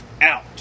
Out